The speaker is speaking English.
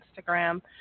Instagram